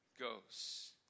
goes